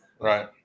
right